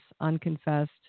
unconfessed